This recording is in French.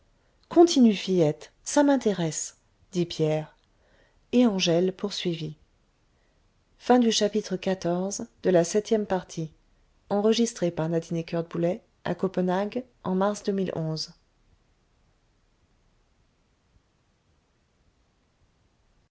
continue fillette ça m'intéresse dit pierre et angèle poursuivit